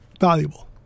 valuable